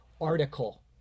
article